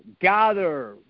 gather